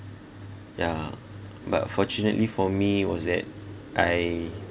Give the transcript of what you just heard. yeah but fortunately for me was that I